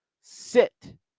sit